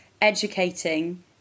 educating